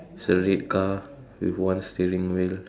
it's a red car with one steering wheel